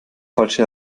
falsche